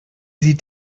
sieht